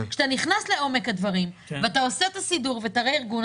כשאתה נכנס לעומק הדברים ואתה עושה את הסידור ואת הרה-ארגון,